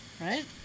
Right